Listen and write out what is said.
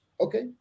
okay